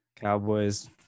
Cowboys